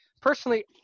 personally